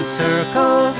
circle